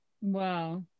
Wow